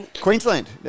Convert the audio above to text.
Queensland